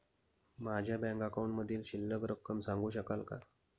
माझ्या बँक अकाउंटमधील शिल्लक रक्कम सांगू शकाल का?